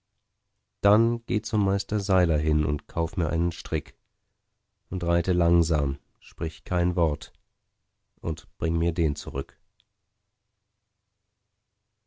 dann geh zum meister seiler hin und kauf mir einen strick und reite langsam sprich kein wort und bring mir den zurück